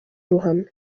ruhame